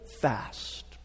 fast